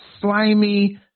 slimy